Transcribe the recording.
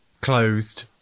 closed